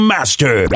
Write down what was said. Master